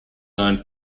known